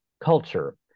culture